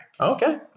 Okay